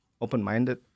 open-minded